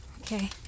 Okay